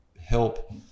help